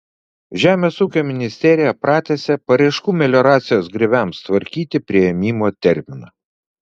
žemės ūkio ministerija pratęsė paraiškų melioracijos grioviams tvarkyti priėmimo terminą